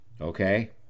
okay